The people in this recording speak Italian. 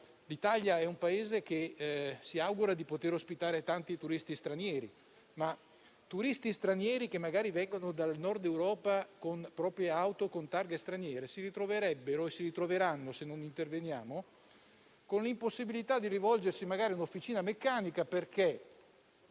L'Italia è un Paese che si augura di poter ospitare tanti turisti stranieri che magari vengono dal Nord Europa con la propria auto con targhe straniere. Costoro si ritroverebbero e si ritroveranno, se non interveniamo, con l'impossibilità di rivolgersi a un'officina meccanica perché